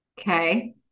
Okay